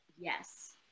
yes